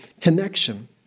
connection